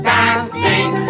Dancing